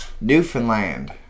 Newfoundland